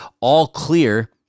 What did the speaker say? all-clear